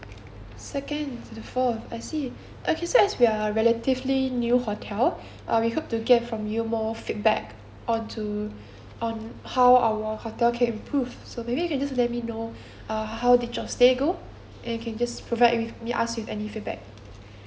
second into the floor I see okay so as we are relatively new hotel uh we hope to get from you more feedback on to on how our hotel can improve so maybe you can just let me know uh how did your stay go and you can just provide with me us with any feedback